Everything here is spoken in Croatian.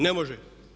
Ne može.